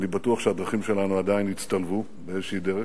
אני בטוח עדיין שהדרכים שלנו יצטלבו באיזושהי דרך,